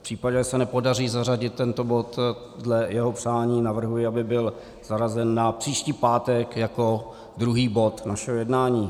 V případě, že se nepodaří zařadit tento bod dle jeho přání, navrhuji, aby byl zařazen na příští pátek jako druhý bod našeho jednání.